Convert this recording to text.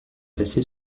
passer